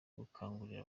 gukangurira